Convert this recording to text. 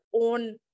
own